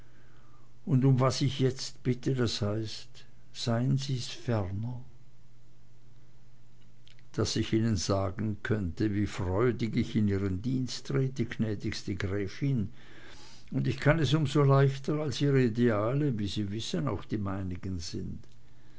und um was ich jetzt bitte das heißt seien sie's ferner daß ich ihnen sagen könnte wie freudig ich in ihren dienst trete gnädigste gräfin und ich kann es um so leichter als ihre ideale wie sie wissen auch die meinigen sind